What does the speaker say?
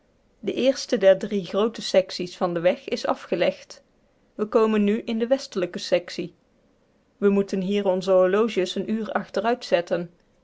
de eerste der drie groote secties van den weg is afgelegd we komen nu in de westelijke sectie we moeten hier onze horloges een uur achteruit zetten